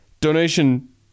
Donation